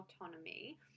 Autonomy